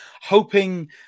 hoping